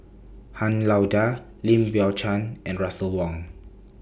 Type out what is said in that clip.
Han Lao DA Lim Biow Chuan and Russel Wong